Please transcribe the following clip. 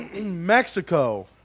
Mexico